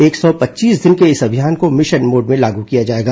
एक सौ पच्चीस दिन के इस अभियान को मिशन मोड में लागू किया जाएगा